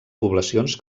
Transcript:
poblacions